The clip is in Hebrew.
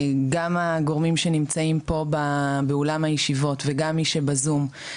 גם הגורמים שנמצאים פה באולם הישיבות וגם מי שבזום,